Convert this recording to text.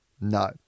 No